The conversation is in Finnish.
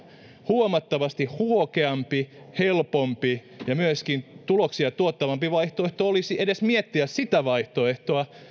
huomattavasti huokeampi helpompi ja myöskin tuloksia tuottavampi vaihtoehto olisi edes miettiä sitä vaihtoehtoa